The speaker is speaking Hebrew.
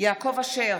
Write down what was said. יעקב אשר,